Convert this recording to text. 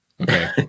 Okay